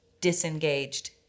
disengaged